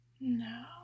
No